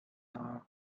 are